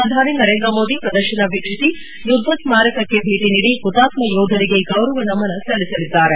ಪ್ರಧಾನಿ ನರೇಂದ್ರ ಮೋದಿ ಪ್ರದರ್ಶನ ವೀಕ್ಷಿಸಿ ಯುದ್ದ ಸ್ಮಾರಕಕ್ಕೆ ಭೇಟಿ ನೀಡಿ ಹುತಾತ್ಮ ಯೋಧರಿಗೆ ಗೌರವ ನಮನ ಸಲ್ಲಿಸಲಿದ್ದಾರೆ